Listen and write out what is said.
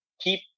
keep